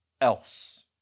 else